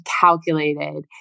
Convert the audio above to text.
calculated